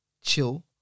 chill